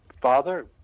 father